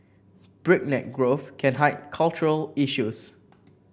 breakneck growth can hide cultural issues